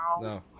No